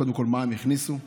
קודם כול הכניסו מע"מ,